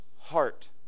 heart